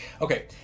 okay